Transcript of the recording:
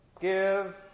give